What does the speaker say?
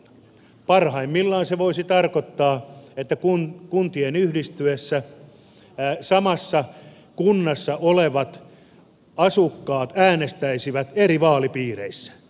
parhaimmillaan se voisi tarkoittaa että kuntien yhdistyessä samassa kunnassa olevat asukkaat äänestäisivät eri vaalipiireissä